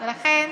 ולכן